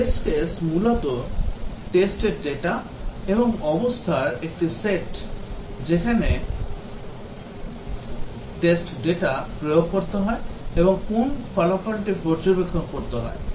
একটি test case মূলত test র data এবং অবস্থার একটি সেট যেখানে test data প্রয়োগ করতে হয় এবং কোন ফলাফলটি পর্যবেক্ষণ করতে হয়